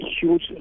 huge